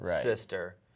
sister